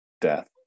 death